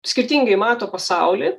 skirtingai mato pasaulį